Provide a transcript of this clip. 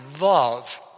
love